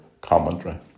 commentary